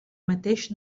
mateix